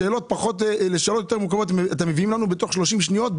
תשובות לשאלות יותר מרוכבות אתם מביאים לנו בתוך 30 שניות,